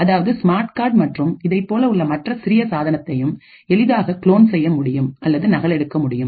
அதாவது smart card மற்றும் இதனை போல உள்ள மற்ற சிறிய சாதனத்தையும் எளிதாக க்ளோன் செய்ய முடியும் அல்லது நகலெடுக்க முடியும்